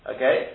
Okay